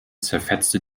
zerfetzte